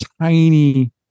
tiny